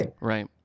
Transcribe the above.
Right